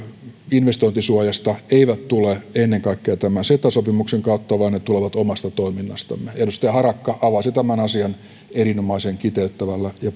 investointisuojasta eivät tule ennen kaikkea tämän ceta sopimuksen kautta vaan ne tulevat omasta toiminnastamme edustaja harakka avasi tämän asian erinomaisen kiteyttävällä ja